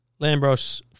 Lambros